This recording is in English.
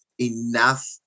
enough